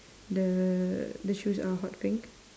the the shoes are hot pink